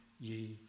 ye